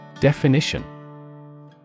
Definition